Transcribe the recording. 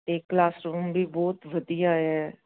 ਅਤੇ ਕਲਾਸਰੂਮ ਵੀ ਬਹੁਤ ਵਧੀਆ ਹੈ